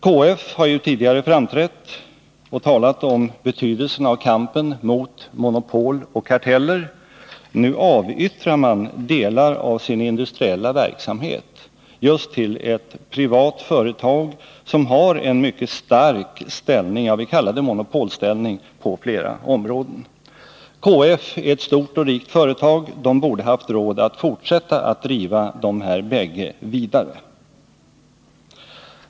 KF har ju tidigare framträtt och talat om betydelsen av kampen mot monopol och karteller. Nu avyttrar man delar av sin industriella verksamhet just till ett privat företag som har en mycket stark ställning — jag vill kalla det monopolställning — på flera områden. KF är ett stort och rikt företag som borde haft råd att fortsätta driva de här bägge företagen vidare.